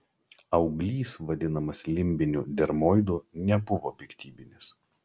auglys vadinamas limbiniu dermoidu nebuvo piktybinis